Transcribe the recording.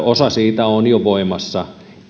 osa siitä on jo voimassa